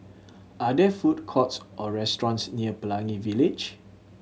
are there food courts or restaurants near Pelangi Village